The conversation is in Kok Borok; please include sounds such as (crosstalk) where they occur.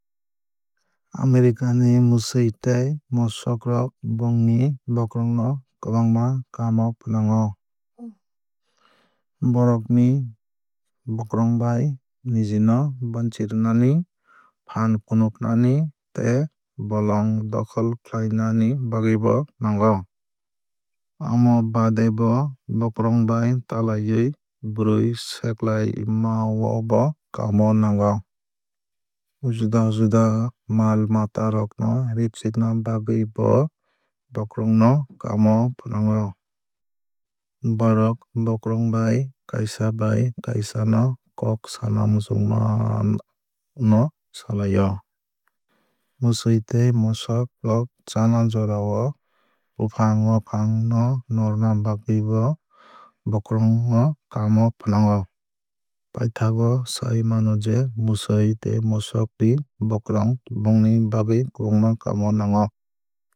America ni mwsui tei mosok rok bongni bokorong no kwbangma kaam o fwnango. Bokorong bai niji no bannchirwnani phaan funuknani tei bolong dokhol khlainani bagwui bo nango. Amo baade bo bokorong bai talaiwui bwrwui seglaima o bo kaam o nango. Juda juda mal mata rok no rifrigna bagwui bo bokorong no kaam fwnango. Bohrok bokorong bai kaisa bai kaisa no kok sana muchungma (hesitation) no salai o. Mwsui tei mosok rok chana jorao bufang wafang no norna bagwui bo bokorong no kaam o fwnango. Paithago sai mano je mwsui tei mosok ni bokorong bongni bagwui kwbangma kaam o nango.